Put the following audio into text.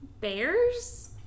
Bears